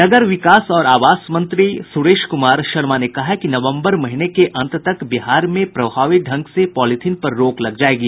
नगर विकास और आवास मंत्री सुरेश कुमार शर्मा ने कहा है कि नवम्बर महीने के अंत तक बिहार में प्रभावी ढंग से पॉलीथिन पर रोक लग जायेगी